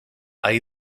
hay